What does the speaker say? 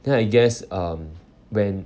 then I guess um when